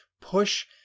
Push